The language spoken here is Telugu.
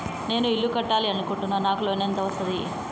నేను ఇల్లు కట్టాలి అనుకుంటున్నా? నాకు లోన్ ఎంత వస్తది?